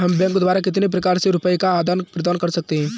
हम बैंक द्वारा कितने प्रकार से रुपये का आदान प्रदान कर सकते हैं?